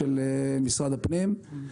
של משרד הפנים.